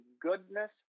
goodness